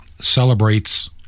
celebrates